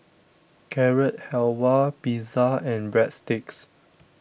Carrot Halwa Pizza and Breadsticks